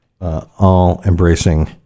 all-embracing